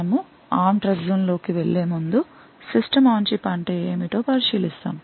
మనము ARM TrustZone లోకి వెళ్లేముందు సిస్టమ్ ఆన్ చిప్ అంటే ఏమిటో పరిశీలిస్తాము